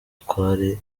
twari